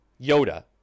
Yoda